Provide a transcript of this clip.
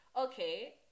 okay